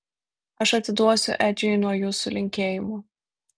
aš atiduosiu edžiui nuo jūsų linkėjimų